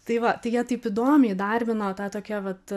tai va jie taip įdomiai įdarbino tą tokią vat